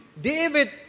David